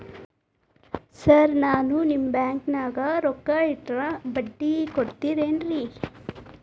Sir ನಾನು ನಿಮ್ಮ ಬ್ಯಾಂಕನಾಗ ರೊಕ್ಕ ಇಟ್ಟರ ಬಡ್ಡಿ ಕೊಡತೇರೇನ್ರಿ?